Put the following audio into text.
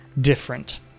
different